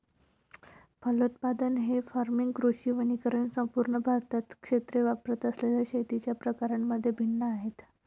फलोत्पादन, ley farming, कृषी वनीकरण संपूर्ण भारतात क्षेत्रे वापरत असलेल्या शेतीच्या प्रकारांमध्ये भिन्न आहेत